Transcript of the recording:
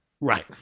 right